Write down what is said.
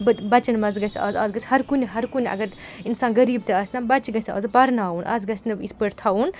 بَچَن منٛز گژھِ آز آز گژھِ ہَر کُنہِ ہَر کُنہِ اگر اِنسان غریٖب تہِ آسہِ نَہ بَچہِ گژھِ آز پَرناوُن آز گژھِ نہٕ یِتھ پٲٹھۍ تھَاوُن